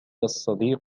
الصديق